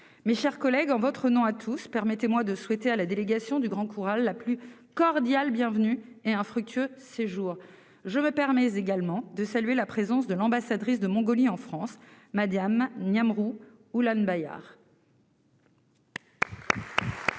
Mes chers collègues, en votre nom à tous, permettez-moi de souhaiter à la délégation du Grand Khoural la plus cordiale bienvenue et un fructueux séjour. Je me permets enfin de saluer la présence de l'ambassadrice de Mongolie en France, Mme Niamkhuu Ulambayar.